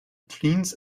cleans